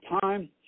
time